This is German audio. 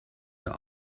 der